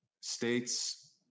states